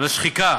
השחיקה.